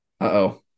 Uh-oh